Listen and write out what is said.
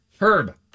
Herb